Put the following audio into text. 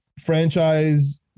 franchise